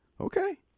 Okay